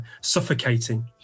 suffocating